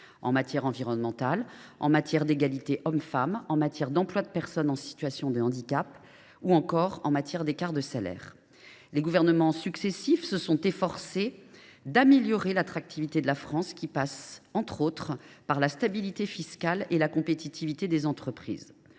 en matière environnementale, en matière d’égalité entre les hommes et les femmes, en matière d’emploi de personnes en situation de handicap ou encore en matière d’écart de salaires. Or les gouvernements successifs se sont efforcés d’améliorer l’attractivité de la France, laquelle passe entre autres par la stabilité fiscale et la compétitivité des entreprises.